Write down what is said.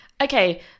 Okay